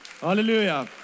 Hallelujah